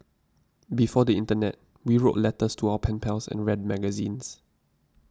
before the internet we wrote letters to our pen pals and read magazines